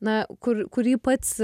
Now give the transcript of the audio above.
na kur kurį pats